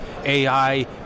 AI